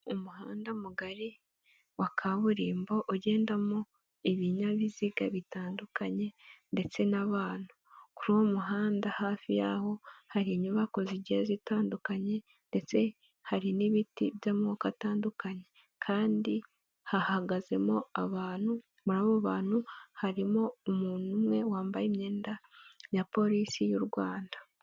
Umuhanda mugari wa kaburimbo ugendamo ibinyabiziga bitandukanye ndetse n'abantu, kuri uwo muhanda hafi yaho hari inyubako zigiyen zitandukanye ndetse hari n'ibiti by'amoko atandukanye kandi hahagazemo abantu, muri abo bantu harimo umuntu umwe wambaye imyenda ya polisi y'u Rwanda.